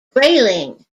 grayling